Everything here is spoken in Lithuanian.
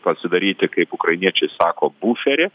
pasidaryti kaip ukrainiečiai sako buferį